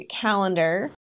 calendar